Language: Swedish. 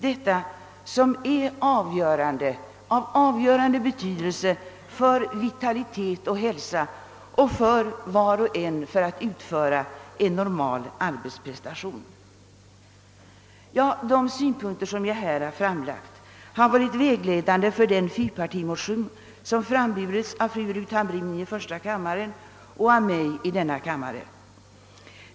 Den saken är ju av avgörande betydelse för en människas vitalitet och hälsa och för möjligheterna att utföra en normal arbetsprestation. De synpunkter jag här framfört har varit vägledande för oss när vi skrivit de likalydande = fyrpartimotionerna I: 995 och II:1259 som framburits av fru Hamrin-Thorell i första kammaren och av mig i denna kammare.